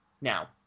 now